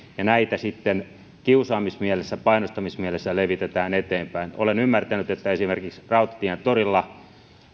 ja näitä sitten kiusaamismielessä painostamismielessä levitetään eteenpäin olen ymmärtänyt että esimerkiksi rautatientorilla